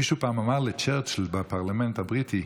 מישהו פעם אמר לצ'רצ'יל בפרלמנט הבריטי,